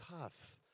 tough